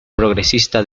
progresista